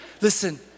Listen